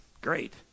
Great